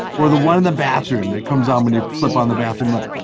or the one in the bathroom that comes on when you flip on the bathroom light.